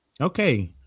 Okay